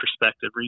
perspective